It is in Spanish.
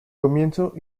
comienzo